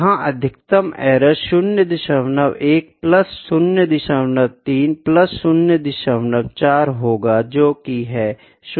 यहाँ अधिकतम error 01 plus 03 plus 04 होगा जोकि है 08